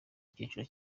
icyiciro